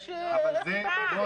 יש --- היא לא סרחה.